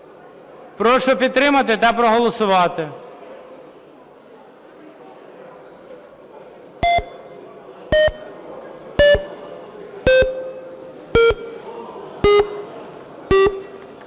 Прошу підтримати та проголосувати.